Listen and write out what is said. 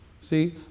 See